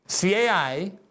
CAI